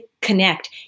connect